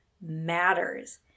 matters